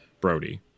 Brody